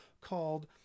called